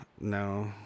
No